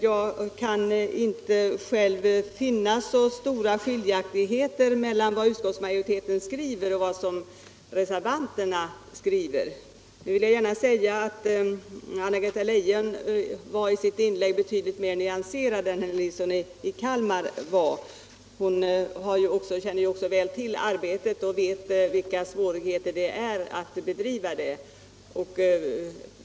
Jag kan inte finna så stora skiljaktigheter mellan det som utskottsmajoriteten skriver och det som reservanterna skriver. Anna-Greta Leijon var i sitt inlägg betydligt mer nyanserad än herr Nilsson i Kalmar; hon känner ju också väl till arbetet och svårigheterna att bedriva det.